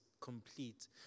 complete